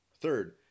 Third